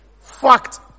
Fact